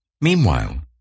Meanwhile